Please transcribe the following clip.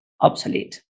obsolete